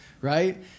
right